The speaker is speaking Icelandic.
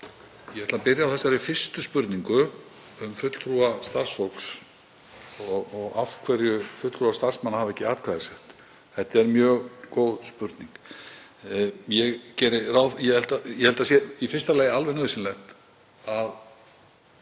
ég ætla að byrja á fyrstu spurningunni um fulltrúa starfsfólks og af hverju fulltrúar starfsmanna hafa ekki atkvæðisrétt. Þetta er mjög góð spurning. Ég held að það sé í fyrsta lagi alveg nauðsynlegt að